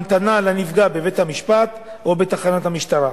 המתנה לנפגע בבית-המשפט או בתחנת המשטרה.